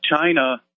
China